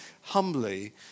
humbly